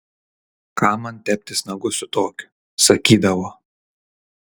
kam man teptis nagus su tokiu sakydavo